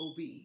OB